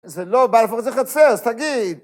זה לא, בלפור זה חצר, אז תגיד.